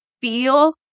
feel